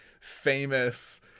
famous